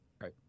Right